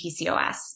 PCOS